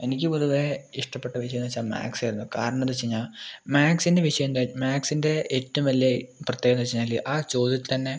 എനിക്ക് പൊതുവെ ഇഷ്ട്ടപ്പെട്ട വിഷയം എന്ന് വെച്ചാൽ മാത്സ് ആയിരുന്നു കാരണമെന്തെന്ന് വെച്ച് കഴിഞ്ഞാൽ മാത്സിൻ്റെ വിഷയങ്ങൾ മാത്സിൻ്റെ ഏറ്റവും വലിയ പ്രത്യേകതേന്ന് വെച്ച് കഴിഞ്ഞാൽ ആ ചോദ്യത്തിൽ തന്നെ